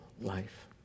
life